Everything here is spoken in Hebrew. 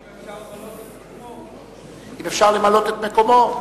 שאלתי אם אפשר למלא את מקומו.